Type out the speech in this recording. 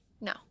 no